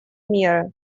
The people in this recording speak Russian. меры